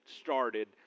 started